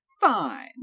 Fine